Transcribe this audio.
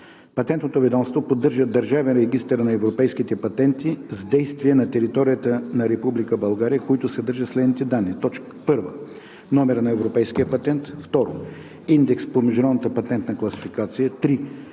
Патентното ведомство поддържа Държавен регистър на европейските патенти с действие на територията на Република България, които съдържат следните данни: 1. номер на европейския патент; 2. индекс по Международната патентна класификация; 3.